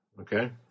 okay